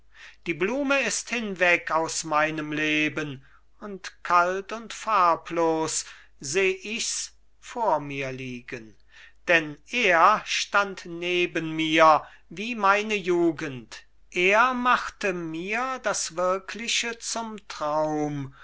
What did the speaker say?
die blume ist hinweg aus meinem leben und kalt und farblos seh ichs vor mir liegen denn er stand neben mir wie meine jugend er machte mir das wirkliche zum traum